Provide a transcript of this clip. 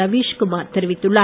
ரவீஷ் குமார் தெரிவித்துள்ளார்